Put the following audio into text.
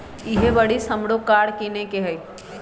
इहे बरिस हमरो कार किनए के हइ